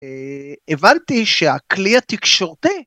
אהה... הבנתי שהכלי התקשורתי,